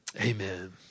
amen